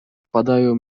wpadają